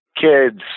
kids